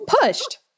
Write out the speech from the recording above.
pushed